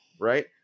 Right